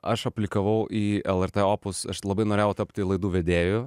aš aplikavau į lrt opus aš labai norėjau tapti laidų vedėju